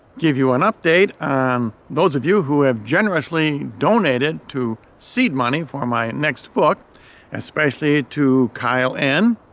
give you an update on those of you who have generously donated to seed money for my next book especially to kyle n,